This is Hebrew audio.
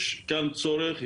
יש גם צורך,